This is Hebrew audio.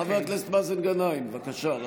חבר הכנסת מאזן גנאים, בבקשה.